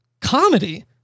comedy